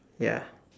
ya